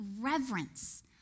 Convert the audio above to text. reverence